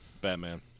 Batman